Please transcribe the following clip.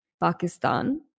Pakistan